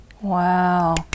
Wow